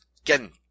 again